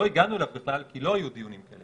לא הגענו אליו בכלל כי לא היו דיונים כאלה.